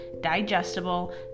digestible